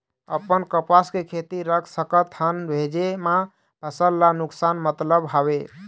अपन कपास के खेती रख सकत हन भेजे मा फसल ला नुकसान मतलब हावे?